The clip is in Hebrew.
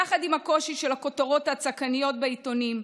יחד עם הקושי של הכותרות הצעקניות בעיתונים,